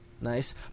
Nice